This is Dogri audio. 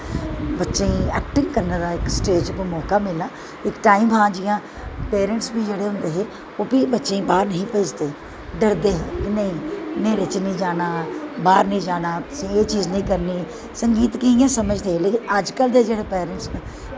बच्चें गी ऐक्टिंग करने दा इक स्टेज पर इक मौका मिलै इक टाईम हां जि'यां पेरैंटस जेह्ड़े होंदे हे ओह् बी बच्चें गी बाह्र नेईं हे भेजदे डरदे हे नेईं न्हेरे च नेईं जाना बाह्र निं जाना तुसें एह् चीज़ निं करनी संगीत गी इ'यां समझदे हे लेकिन अजकल्ल दे जेह्ड़े पेरैंटस न